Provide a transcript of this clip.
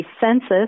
census